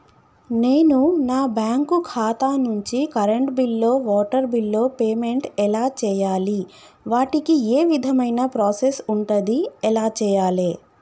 నేను నా బ్యాంకు ఖాతా నుంచి కరెంట్ బిల్లో వాటర్ బిల్లో పేమెంట్ ఎలా చేయాలి? వాటికి ఏ విధమైన ప్రాసెస్ ఉంటది? ఎలా చేయాలే?